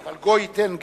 אבל גוי ייתן גט?